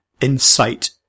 insight